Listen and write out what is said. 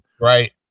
Right